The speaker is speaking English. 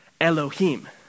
Elohim